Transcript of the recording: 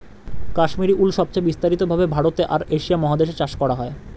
Kashmiri wool সবচেয়ে বিস্তারিত ভাবে ভারতে আর এশিয়া মহাদেশে চাষ করা হয়